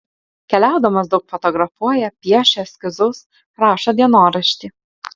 keliaudamas daug fotografuoja piešia eskizus rašo dienoraštį